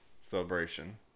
celebration